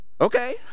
Okay